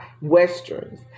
Westerns